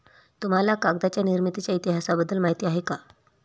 तुम्हाला कागदाच्या निर्मितीच्या इतिहासाबद्दल माहिती आहे का?